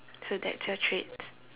so that's your treats